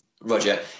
Roger